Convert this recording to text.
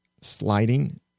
sliding